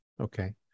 Okay